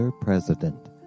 president